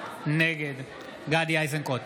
נגד גדי איזנקוט,